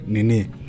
Nini